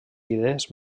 idees